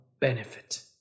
benefit